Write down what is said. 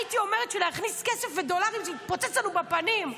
הייתי אומרת שלהכניס כסף ודולרים זה יתפוצץ לנו בפנים,